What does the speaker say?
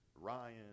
Ryan